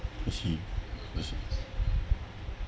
I see I see